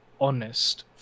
honest